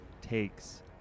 takes